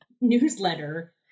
newsletter